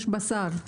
יש בשר,